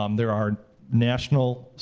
um there are national,